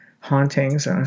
hauntings